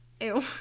Ew